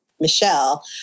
Michelle